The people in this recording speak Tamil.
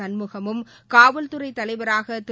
சண்முகமும் காவல்துறை தலைவராக திரு